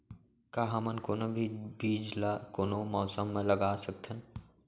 का हमन कोनो भी बीज ला कोनो मौसम म लगा सकथन?